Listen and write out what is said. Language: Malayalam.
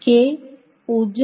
K 0